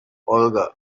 olga